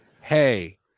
hey